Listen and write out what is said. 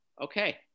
okay